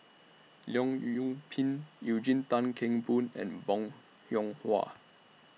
Leong Yoon Pin Eugene Tan Kheng Boon and Bong Hiong Hwa